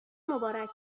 مبارک